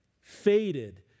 faded